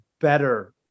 better